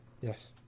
Yes